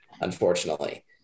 unfortunately